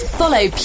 follow